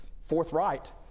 forthright